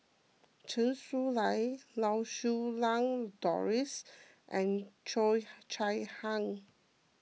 Chen Su Lan Lau Siew Lang Doris and Cheo Chai Hiang